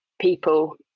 people